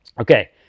Okay